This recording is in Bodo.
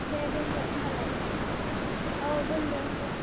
दे दोनदो होमबालाय औ दोनदो होमबालाय